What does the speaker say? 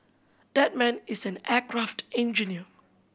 that man is an aircraft engineer